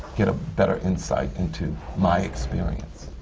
get ah better insight into my experience.